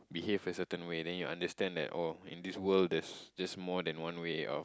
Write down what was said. behave a certain way then you'll understand like oh in this world there's just more than one way of